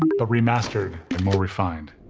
but remastered and more refined.